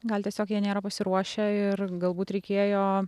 gal tiesiog jie nėra pasiruošę ir galbūt reikėjo